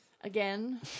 Again